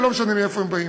ולא משנה מאיפה הם באים.